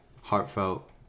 heartfelt